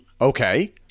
Okay